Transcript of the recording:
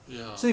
ya